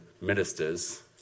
ministers